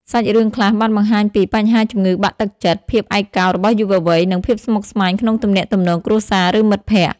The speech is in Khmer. សាច់រឿងខ្លះបានបង្ហាញពី បញ្ហាជំងឺបាក់ទឹកចិត្ត ភាពឯកោរបស់យុវវ័យ និងភាពស្មុគស្មាញក្នុងទំនាក់ទំនងគ្រួសារ ឬមិត្តភក្ដិ។